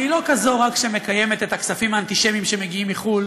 והיא לא רק כזאת שמקיימת את הכספים האנטישמיים שמגיעים מחו"ל,